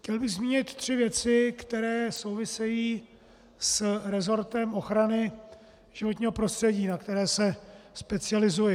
Chtěl bych zmínit tři věci, které souvisejí s resortem ochrany životního prostředí, na které se specializuji.